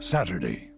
Saturday